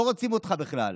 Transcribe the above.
לא רוצים אותך בכלל.